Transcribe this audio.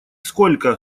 сколько